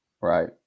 Right